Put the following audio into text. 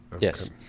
Yes